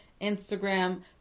Instagram